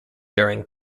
during